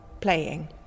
playing